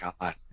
god